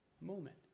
moment